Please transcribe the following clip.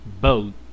boat